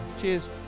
Cheers